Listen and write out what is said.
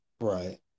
Right